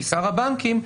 עיקר הבנקים,